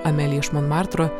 amelija iš monmartro